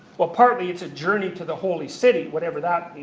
well partly it's a journey to the holy city, whatever that